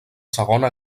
segona